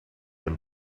and